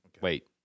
Wait